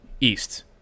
east